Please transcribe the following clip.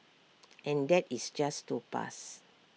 and that is just to pass